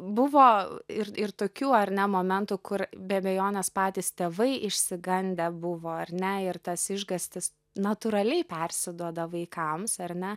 buvo ir ir tokių ar ne momentų kur be abejonės patys tėvai išsigandę buvo ar ne ir tas išgąstis natūraliai persiduoda vaikams ar ne